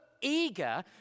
eager